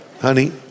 honey